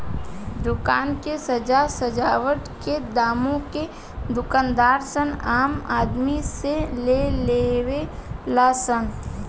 दुकान के साज सजावट के दामो के दूकानदार सन आम आदमी से लेवे ला सन